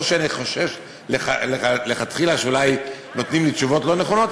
לא שאני חושש לכתחילה שאולי נותנים לי תשובות לא נכונות,